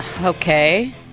Okay